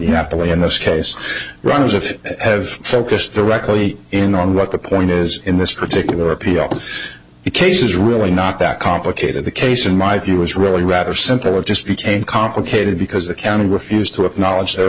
way in this case runners of have focused directly in on what the point is in this particular appeal the case is really not that complicated the case in my view is really rather simple it just became complicated because the county refused to acknowledge their